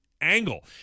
angle